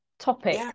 Topic